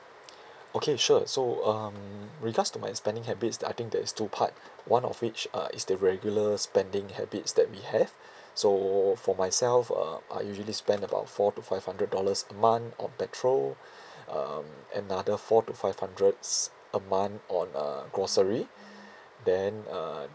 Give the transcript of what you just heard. okay sure so um regards to my spending habits I think there's two part one of which uh is the regular spending habits that we have so for myself uh I usually spend about four to five hundred dollars a month on petrol um another four to five hundreds a month on uh grocery then uh